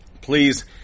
Please